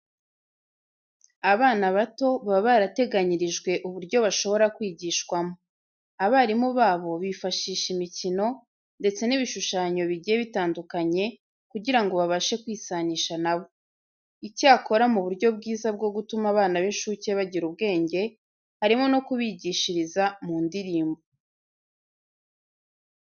Abana bato baba barateganyirijwe uburyo bashobora kwigishwamo. Abarimu babo bifashisha imikino ndetse n'ibishushanyo bigiye bitandukanye kugira ngo babashe kwisanisha na bo. Icyakora mu buryo bwiza bwo gutuma abana b'inshuke bagira ubwenge harimo no kubigishiriza mu ndirimbo.